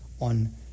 on